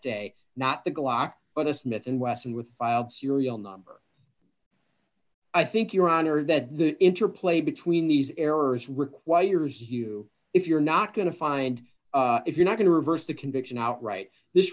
day not the glock but this myth and wesson with filed serial number i think your honor that the interplay between these errors requires you if you're not going to find if you're not going to reverse the conviction out right this